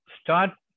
start